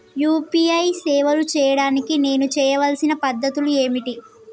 UPI సేవలు చేయడానికి నేను చేయవలసిన పద్ధతులు ఏమిటి?